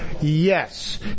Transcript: Yes